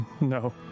No